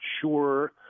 sure